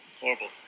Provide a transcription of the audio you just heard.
Horrible